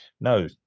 no